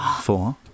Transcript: four